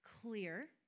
clear